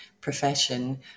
profession